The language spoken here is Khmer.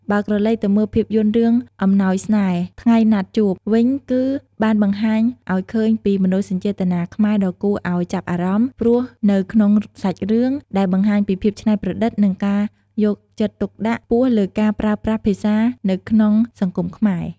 បើក្រឡេកទៅមើលភាពយន្តរឿងអំណោយស្នេហ៍ថ្ងៃណាត់ជួប វិញគឺបានបង្ហាញអោយឃើញពីមនោសញ្ចេតនាខ្មែរដ៏គួរឲ្យចាប់អារម្មណ៍ ព្រោះនៅក្នុងសាច់រឿង ដែលបង្ហាញពីភាពច្នៃប្រឌិត និងការយកចិត្តទុកដាក់ខ្ពស់លើការប្រើប្រាស់ភាសានៅក្នុងសង្គមខ្មែរ ។